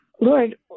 Lord